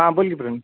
हां बोल रे प्रविन